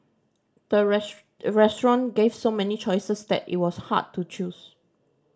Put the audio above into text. the restaurant gave so many choices that it was hard to choose